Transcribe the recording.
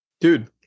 Dude